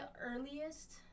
earliest